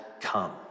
come